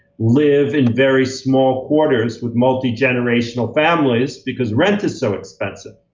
live in very small quarters with multigenerational families, because rent is so expensive.